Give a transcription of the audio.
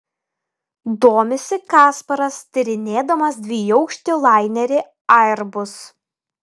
domisi kasparas tyrinėdamas dviaukštį lainerį airbus